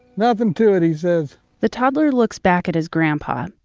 nothing to it, he says the toddler looks back at his grandpa.